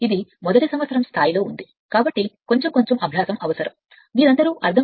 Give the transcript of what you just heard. ఇది మొదటి సంవత్సరం స్థాయి కాబట్టి కొంచెం కొంచెం అభ్యాసం అవసరం